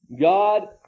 God